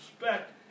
respect